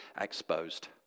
Exposed